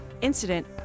Incident